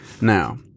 Now